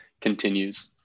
continues